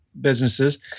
businesses